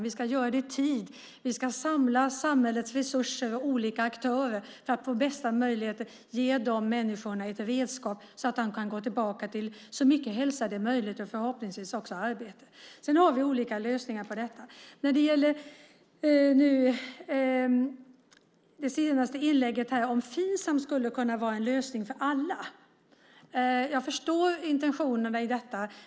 Vi ska göra det i tid, och vi ska samla samhällets resurser och olika aktörer för att få de bästa möjligheterna att ge de människorna ett redskap så att de kan gå tillbaka till så god hälsa som möjligt, men förhoppningsvis också arbete. Vi har olika lösningar på detta. När det gäller det senaste inlägget om ifall Finsam skulle kunna vara en lösning för alla förstår jag intentionerna.